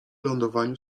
lądowaniu